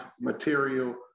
material